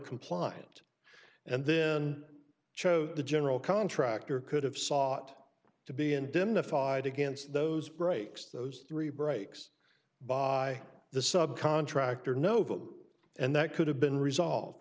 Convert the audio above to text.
compliant and then chose the general contractor could have sought to be indemnified against those breaks those three breaks by the sub contractor no vote and that could have been resolved